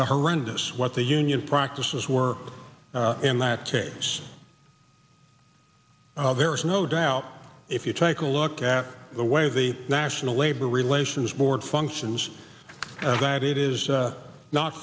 horrendous what the union practices work in that case there is no doubt if you take a look at the way the national labor relations board functions that it is